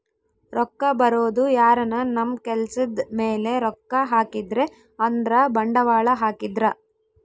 ರೊಕ್ಕ ಬರೋದು ಯಾರನ ನಮ್ ಕೆಲ್ಸದ್ ಮೇಲೆ ರೊಕ್ಕ ಹಾಕಿದ್ರೆ ಅಂದ್ರ ಬಂಡವಾಳ ಹಾಕಿದ್ರ